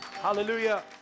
Hallelujah